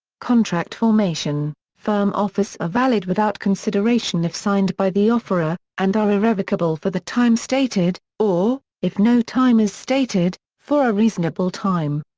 contract formation firm offers are valid without consideration if signed by the offeror, and are irrevocable for the time stated, or, if no time is stated, for a reasonable time.